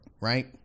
right